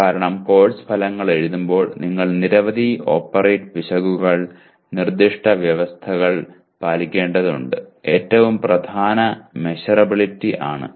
കാരണം കോഴ്സ് ഫലങ്ങൾ എഴുതുമ്പോൾ നിങ്ങൾ നിരവധി ഓപ്പറേറ്റ് പിശകുകൾ നിർദ്ദിഷ്ട വ്യവസ്ഥകൾ പാലിക്കേണ്ടതുണ്ട് ഏറ്റവും പ്രധാനം മെശറബിലിറ്റി ആണ്